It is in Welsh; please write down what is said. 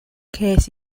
ces